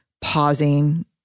Pausing